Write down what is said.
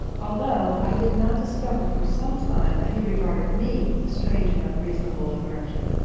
although i did not discover for some time that he regarded me with a strange and unreasonable aversion.